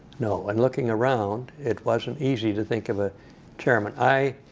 no. and looking around, it wasn't easy to think of a chairman. i